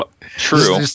True